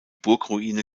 burgruine